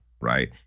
right